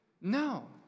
No